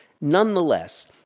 Nonetheless